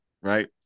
right